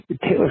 Taylor